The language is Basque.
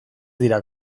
dira